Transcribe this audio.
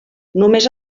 només